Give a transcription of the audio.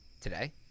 today